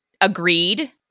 agreed